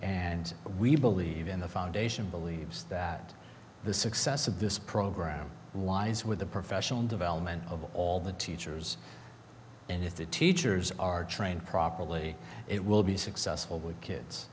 and we believe in the foundation believes that the success of this program lies with the professional development of all the teachers and if the teachers are trained properly it will be successful with kids